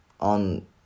on